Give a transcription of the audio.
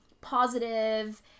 positive